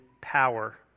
power